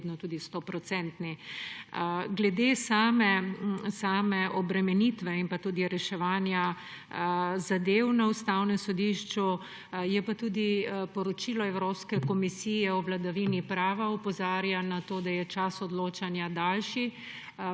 že vedno tudi stoprocentni. Glede same obremenitve in pa tudi reševanja zadev na Ustavnem sodišču tudi poročilo Evropske komisije o vladavini prava opozarja na to, da je čas odločanja daljši.